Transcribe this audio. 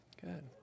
Good